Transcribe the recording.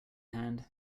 hand